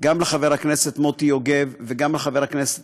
גם לחבר הכנסת מוטי יוגב וגם לחבר הכנסת